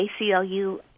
ACLU